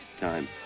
time